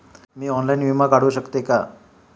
मी online विमा काढू शकते का?